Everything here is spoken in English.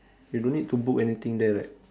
you don't need to book anything there right